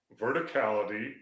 Verticality